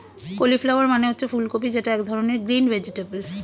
cauliflower মানে হচ্ছে ফুলকপি যেটা এক ধরনের গ্রিন ভেজিটেবল